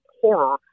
horror